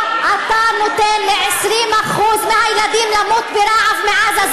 אתה נותן ל-20% מהילדים למות מרעב בעזה.